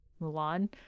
Mulan